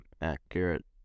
accurate